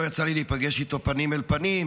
לא יצא לי להיפגש איתו פנים אל פנים,